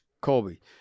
Colby